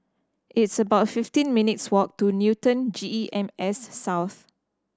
it's about fifteen minutes' walk to Newton G E M S South